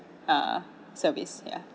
a service ya